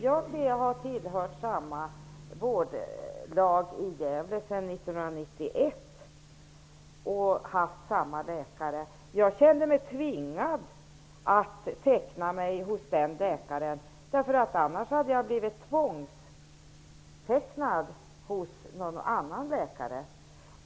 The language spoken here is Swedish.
Jag har sedan 1991 tillhört samma vårdlag i Gävle och har haft samma läkare. Jag kände mig tvingad att teckna mig hos en läkare, eftersom jag annars hade blivit tvångstecknad hos en annan läkare.